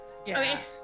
Okay